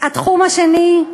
התחום השני,